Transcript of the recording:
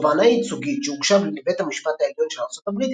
תובענה ייצוגית שהוגשה לבית המשפט העליון של ארצות הברית